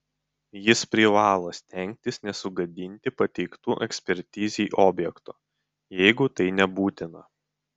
jis privalo stengtis nesugadinti pateiktų ekspertizei objektų jeigu tai nebūtina